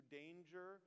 danger